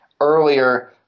earlier